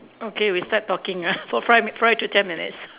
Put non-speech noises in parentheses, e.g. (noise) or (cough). okay we start talking ah (laughs) for five five to ten minutes